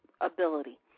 ability